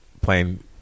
playing